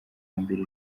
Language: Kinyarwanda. mbere